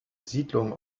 siedlung